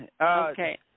okay